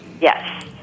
Yes